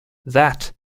that